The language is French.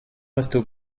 restées